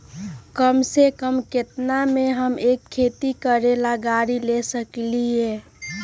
कम से कम केतना में हम एक खेती करेला गाड़ी ले सकींले?